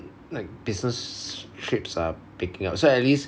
like business trips are picking up so at least